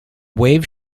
wave